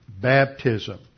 Baptism